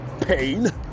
pain